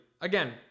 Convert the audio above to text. again